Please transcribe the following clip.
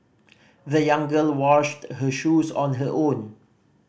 the young girl washed her shoes on her own